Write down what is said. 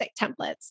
templates